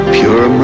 pure